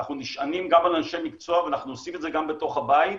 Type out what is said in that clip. אנחנו נשענים גם על אנשי מקצוע ואנחנו עושים את זה גם בתוך הבית.